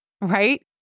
right